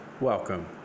welcome